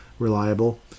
reliable